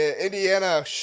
Indiana